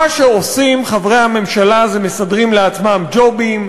מה שעושים חברי הממשלה זה מסדרים לעצמם ג'ובים,